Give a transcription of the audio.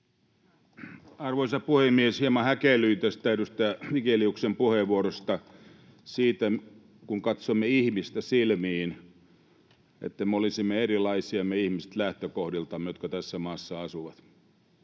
Arvoisa puhemies! Hieman häkellyin tästä edustaja Vigeliuksen puheenvuorosta, siitä, että kun katsomme ihmistä silmiin, niin me ihmiset, jotka tässä maassa asumme,